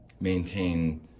maintain